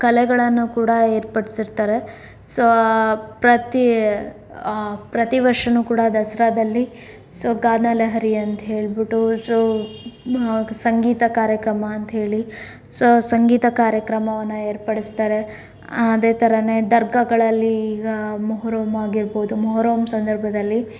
ಕಲೆಗಳನ್ನು ಕೂಡ ಏರ್ಪಡಿಸಿರ್ತಾರೆ ಸೋ ಪ್ರತಿ ಪ್ರತಿ ವರ್ಷವೂ ಕೂಡ ದಸರಾದಲ್ಲಿ ಸೋ ಗಾನಲಹರಿ ಅಂತ್ಹೇಳ್ಬಿಟ್ಟು ಸೊ ಸಂಗೀತ ಕಾರ್ಯಕ್ರಮ ಅಂತ್ಹೇಳಿ ಸೊ ಸಂಗೀತ ಕಾರ್ಯಕ್ರಮವನ್ನು ಏರ್ಪಡಿಸ್ತಾರೆ ಅದೇ ಥರನೇ ದರ್ಗಾಗಳಲ್ಲಿ ಈಗ ಮೊಹರಂ ಆಗಿರಬಹುದು ಮೊಹರಂ ಸಂದರ್ಭದಲ್ಲಿ